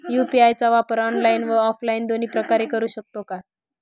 UPI चा वापर online व ऑफलाईन दोन्ही प्रकारे करु शकतो का?